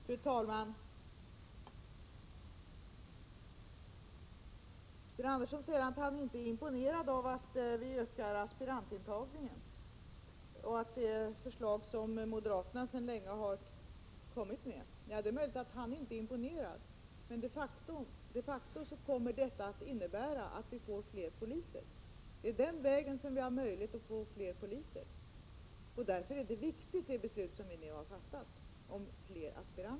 Fru talman! Sten Andersson säger att han inte är imponerad av att vi ökar aspirantintagningen och att moderaterna sedan länge har föreslagit den ökning som nu sker. Det är möjligt att han inte är imponerad, men de facto kommmer detta att innebära att vi får fler poliser. Det är den vägen vi har möjlighet att få fler poliser, och därför är det ett viktigt beslut som vi nu har fattat om fler aspiranter.